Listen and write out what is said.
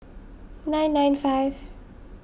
nine nine five